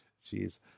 Jeez